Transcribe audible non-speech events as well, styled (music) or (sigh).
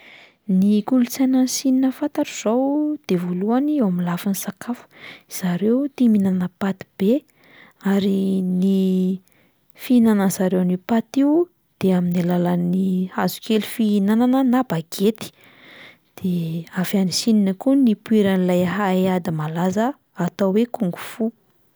Ny kolontsaina any Sina fantatro izao de voalohany eo amin'ny lafin'ny sakafo, zareo tia mihinana paty be, ary ny (hesitation) fihinanan'zareo an'io paty io de amin'ny alalan'ny hazokely fihinanana na bagety, de avy any Sina koa no nipoiran'ilay haiady malaza atao hoe kung-fu.